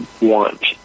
want